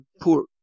poor